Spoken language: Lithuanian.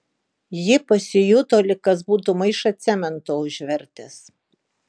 ji pasijuto lyg kas būtų maišą cemento užvertęs